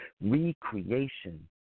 Recreation